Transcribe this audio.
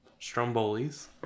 Strombolis